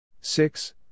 six